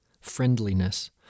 friendliness